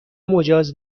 مجاز